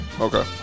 Okay